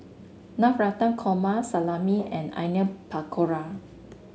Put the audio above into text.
Navratan Korma Salami and Onion Pakora